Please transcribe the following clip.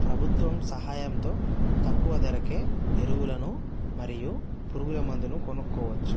ప్రభుత్వం సహాయంతో తక్కువ ధరకే ఎరువులను మరియు పురుగుల మందును కొనుక్కోవచ్చు